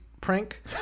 prank